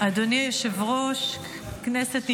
אדוני היושב-ראש, כנסת נכבדה,